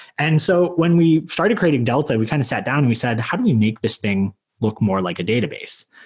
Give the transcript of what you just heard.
and so when we started creating delta, we kind of sat down and we said, how do we make this thing look more like a database?